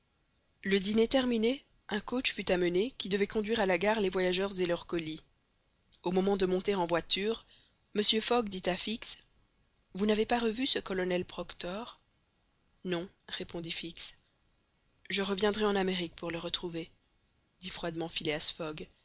le dîner terminé un coach fut amené qui devait conduire à la gare les voyageurs et leurs colis au moment de monter en voiture mr fogg dit à fix vous n'avez pas revu ce colonel proctor non répondit fix je reviendrai en amérique pour le retrouver dit froidement